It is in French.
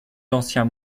d’ancien